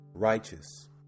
righteous